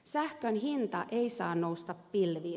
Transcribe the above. sähkön hinta ei saa nousta pilviin